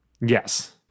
yes